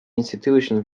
institutions